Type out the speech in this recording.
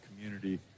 community